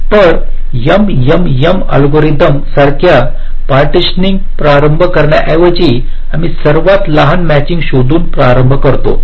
तर MMM algorithm सारख्या partitioning प्रारंभ करण्याऐवजी आम्ही सर्वात लहान मॅचिंग शोधून प्रारंभ करतो